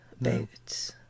boots